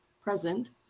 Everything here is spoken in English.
present